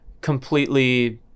completely